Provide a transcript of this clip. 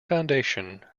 foundation